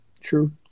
True